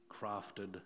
crafted